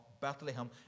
Bethlehem